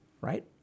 Right